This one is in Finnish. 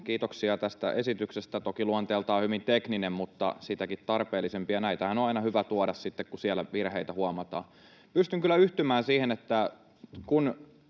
Kiitoksia tästä esityksestä, joka on toki luonteeltaan hyvin tekninen mutta sitäkin tarpeellisempi, ja näitähän on aina hyvä tuoda sitten, kun siellä virheitä huomataan. Pystyn kyllä yhtymään siihen, että kun